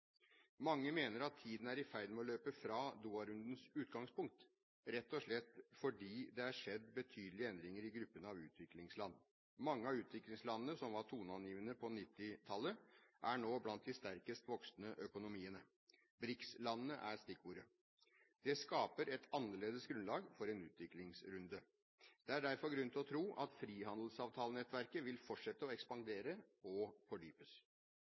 Mange mener at tiden er i ferd med å løpe fra Doha-rundens utgangspunkt, rett og slett fordi det er skjedd betydelige endringer i gruppen av utviklingsland. Mange av de utviklingslandene som var toneangivende på 1990-tallet, er nå blant de sterkest voksende økonomiene. BRICS-landene er stikkordet. Det skaper et annerledes grunnlag for en utviklingsrunde. Det er derfor grunn til å tro at frihandelsavtalenettverket vil fortsette å ekspandere og fordypes.